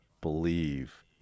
believe